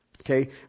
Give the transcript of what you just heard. Okay